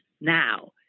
now